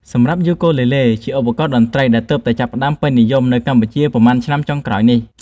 សម្រាប់យូគូលេលេ វាជាឧបករណ៍តន្ត្រីដែលទើបតែចាប់ផ្តើមពេញនិយមនៅកម្ពុជាប៉ុន្មានឆ្នាំចុងក្រោយនេះ។